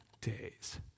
days